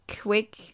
quick